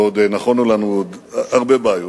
ועוד נכונו לנו הרבה בעיות.